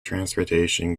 transportation